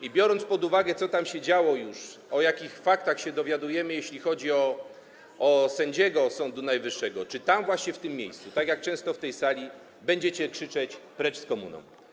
I biorąc pod uwagę, co tam się już działo, o jakich faktach się dowiadujemy, jeśli chodzi o sędziego Sądu Najwyższego, czy tam właśnie, w tym miejscu, tak jak często na tej sali, będziecie krzyczeć: precz z komuną?